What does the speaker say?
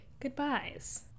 goodbyes